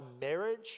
marriage